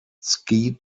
ski